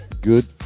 good